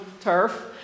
turf